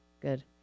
good